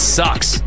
sucks